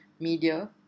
Media